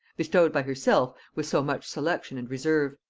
bestowed by herself with so much selection and reserve.